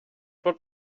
what